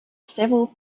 several